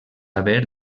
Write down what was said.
haver